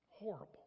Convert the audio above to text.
horrible